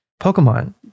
Pokemon